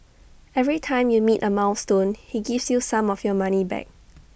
every time you meet A milestone he gives you some of your money back